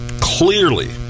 clearly